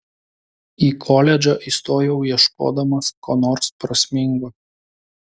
į koledžą įstojau ieškodamas ko nors prasmingo